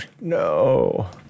no